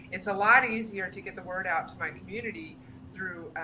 it's a lot easier to get the word out to my community through,